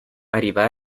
arriva